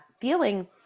feeling